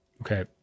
Okay